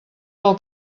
del